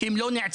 אם הם לא נעצרים.